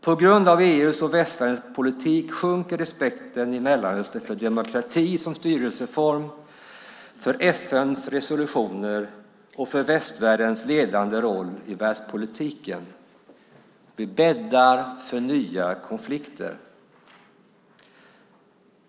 På grund av EU:s och västvärldens politik sjunker respekten i Mellanöstern för demokrati som styrelseform, för FN:s resolutioner och för västvärldens ledande roll i världspolitiken. Vi bäddar för nya konflikter.